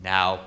Now